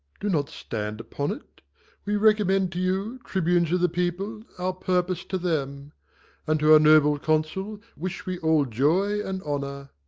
do not stand upon't we recommend to you, tribunes of the people, our purpose to them and to our noble consul wish we all joy and honour.